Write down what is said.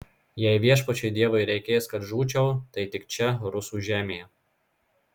jei viešpačiui dievui reikės kad žūčiau tai tik čia rusų žemėje